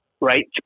right